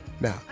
Now